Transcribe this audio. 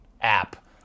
app